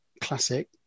classic